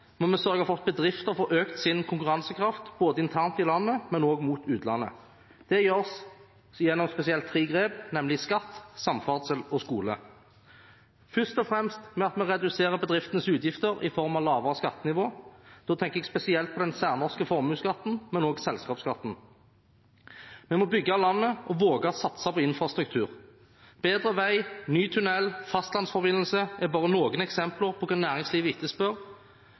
må vi sørge for at bedrifter får økt sin konkurransekraft, både internt i landet og også mot utlandet. Det gjøres gjennom spesielt tre grep, nemlig skatt, samferdsel og skole – først og fremst ved at vi reduserer bedriftenes utgifter i form av lavere skattenivå. Da tenker jeg spesielt på den særnorske formuesskatten, men også på selskapsskatten. Vi må bygge landet og våge å satse på infrastruktur. Bedre vei, ny tunnel og fastlandsforbindelse er bare noen eksempler på hva næringslivet etterspør